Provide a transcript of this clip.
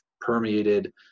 permeated